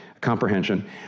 comprehension